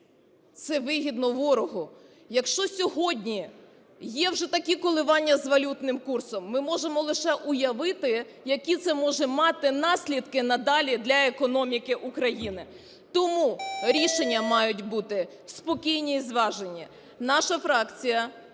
Це вигідно ворогу. Якщо сьогодні є вже такі коливання з валютним курсом, ми можемо лише уявити, які це може мати наслідки надалі для економіки України. Тому рішення мають бути спокійні і зважені. Наша фракція